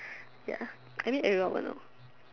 ya I mean everyone will know